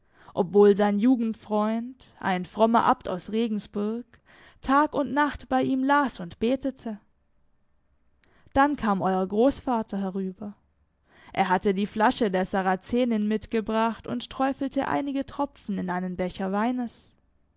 obwohl sein jugendfreund ein frommer abt aus regensburg tag und nacht bei ihm las und betete dann kam euer großvater herüber er hatte die flasche der sarazenin mitgebracht und träufelte einige tropfen in einen becher weines